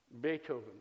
Beethoven